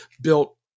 built